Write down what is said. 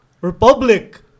Republic